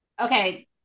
Okay